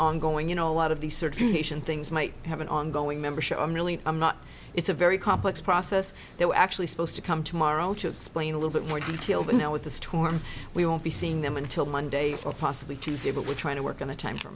ongoing you know a lot of these sort of relation things might have an ongoing membership i'm really i'm not it's a very complex process they were actually supposed to come tomorrow to explain a little bit more detail but now with the storm we won't be seeing them until monday or possibly tuesday but we're trying to work on a time for